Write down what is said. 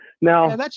Now